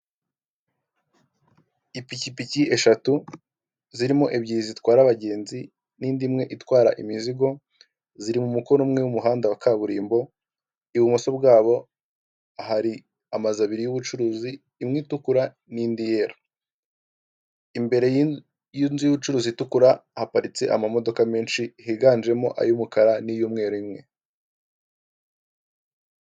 Ipikipiki eshatu, zirimo ebyiri zitwara abagenzi n'indi imwe itwara imizigo, ziri mu mukono umwe w'umuhanda wa kaburimbo, ibumoso bwabo hari amazu abiri y'ubucuruzi, imwe itukura n'indi yera, imbere y'inzu y'ubucuruzi itukura, haparitse amamodoka menshi higanjemo ay'umukara n'iy'umweru imwe.